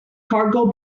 cargo